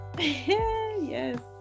Yes